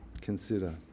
consider